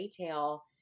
retail